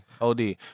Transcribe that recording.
Od